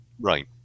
right